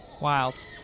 Wild